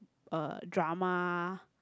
uh drama